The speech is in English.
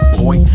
boy